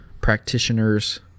practitioners